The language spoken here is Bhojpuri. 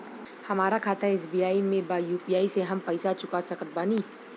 हमारा खाता एस.बी.आई में बा यू.पी.आई से हम पैसा चुका सकत बानी?